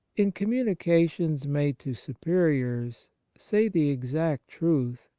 in communications made to superiors say the exact truth,